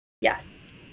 Yes